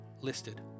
listed